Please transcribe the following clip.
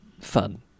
fun